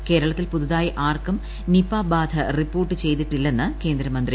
ന് കേരളത്തിൽ പുതുതായി ആർക്കും നിപാ ബാധ റിപ്പോർട്ട് ചെയ്തിട്ടില്ലെന്ന് കേന്ദ്രമന്ത്രി ഹർഷ വർദ്ധൻ